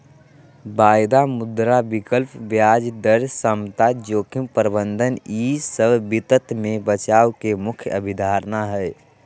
वायदा, मुद्रा विकल्प, ब्याज दर समता, जोखिम प्रबंधन ई सब वित्त मे बचाव के मुख्य अवधारणा हय